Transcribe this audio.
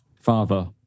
father